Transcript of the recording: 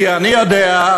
כי אני יודע,